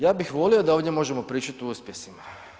Ja bih volio da ovdje možemo pričati o uspjesima.